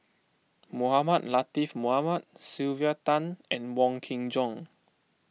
Mohamed Latiff Mohamed Sylvia Tan and Wong Kin Jong